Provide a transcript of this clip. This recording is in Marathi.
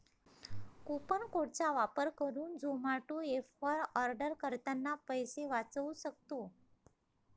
कुपन कोड चा वापर करुन झोमाटो एप वर आर्डर करतांना पैसे वाचउ सक्तो